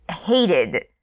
hated